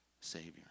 Savior